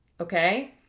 okay